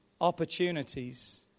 opportunities